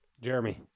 Jeremy